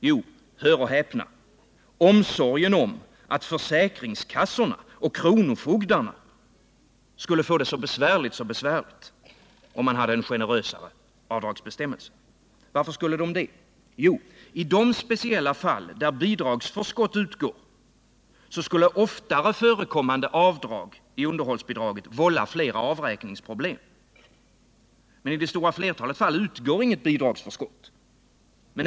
Jo, hör och häpna, det är omsorgen om försäkringskassorna och kronofogdarna, som skulle få det så besvärligt, så besvärligt om generösare avdragsbestämmelser gällde. Varför skulle de få det? Jo, i de speciella fall där bidragsförskott utgår skulle oftare förekommande avdrag i underhållen vålla fler avräkningsproblem. Men i det stora flertalet fall utgår ju inget bidragsförskott.